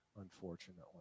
unfortunately